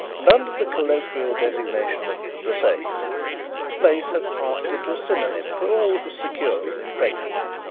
and under the colloquial designation of the safe the place had passed into a synonym for all that was secure and impregnable.